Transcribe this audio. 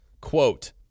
quote